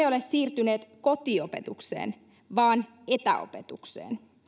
ole siirtyneet kotiopetukseen vaan etäopetukseen